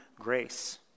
grace